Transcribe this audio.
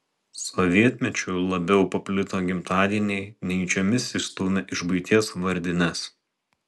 sovietmečiu labiau paplito gimtadieniai nejučiomis išstūmę iš buities vardines